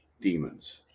demons